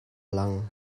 lang